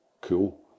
cool